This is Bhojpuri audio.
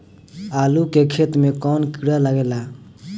आलू के खेत मे कौन किड़ा लागे ला?